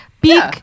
Beak